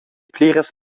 pliras